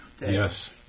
Yes